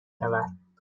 شود